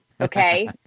okay